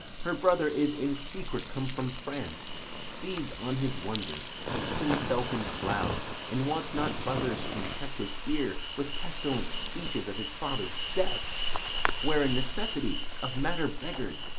her brother is in secret come from france feeds on his wonder, keeps himself in clouds, and wants not buzzers to infect his ear with pestilent speeches of his father's death wherein necessity, of matter beggar'd,